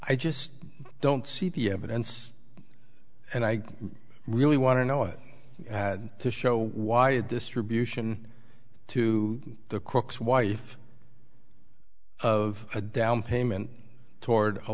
i just don't see be evidence and i really want to know it had to show why the distribution to the crooks wife of a down payment toward a